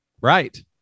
Right